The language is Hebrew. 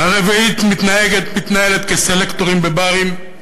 הרביעית מתנהלת כסלקטורית בברים.